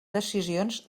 decisions